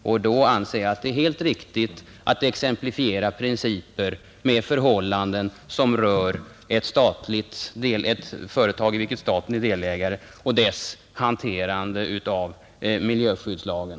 Jag anser därför att det är helt riktigt att exemplifiera principer med förhållanden som rör ett företag, i vilket staten är delägare, och dess hanterande av miljöskyddslagen.